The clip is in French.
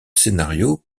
scénarios